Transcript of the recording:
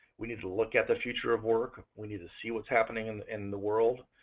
we need to look at the future of work, we need to see what's happening in in the world,